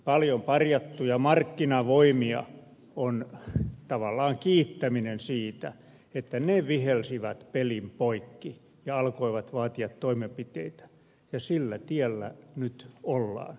paljon parjattuja markkinavoimia on tavallaan kiittäminen siitä että ne vihelsivät pelin poikki ja alkoivat vaatia toimenpiteitä ja sillä tiellä nyt ollaan